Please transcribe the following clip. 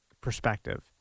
perspective